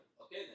okay